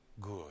good